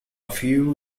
few